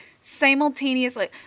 simultaneously